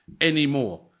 anymore